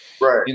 Right